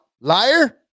liar